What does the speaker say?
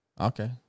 Okay